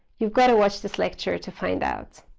you've got to watch this lecture to find out.